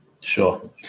Sure